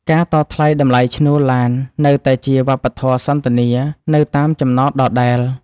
ការតថ្លៃតម្លៃឈ្នួលឡាននៅតែជាវប្បធម៌សន្ទនានៅតាមចំណតដដែល។